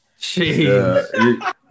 Jeez